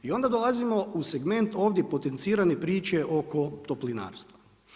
I onda dolazimo u segment, ovdje potencirane priče oko toplinarstva.